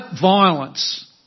violence